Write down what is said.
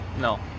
No